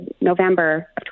November